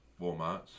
Walmarts